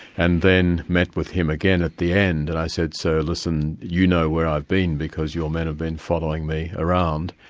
and then met with him again at the end and i said, sir, listen, you know where i've been because your men have been following me around.